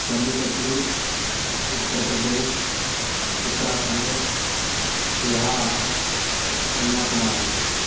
Jammu Kashmir Uttar Pradesh Uttarakhand Bihar Kanyakumari